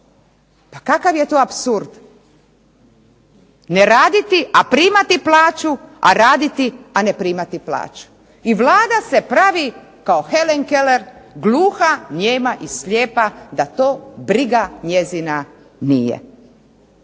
Pa kakav je to apsurd, ne raditi a primati plaću, a raditi a primati plaću. I Vlada se pravi kao Helen Keller gluha, nijema i slijepa da to briga njezina nije.